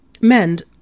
Mend